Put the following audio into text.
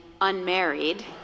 unmarried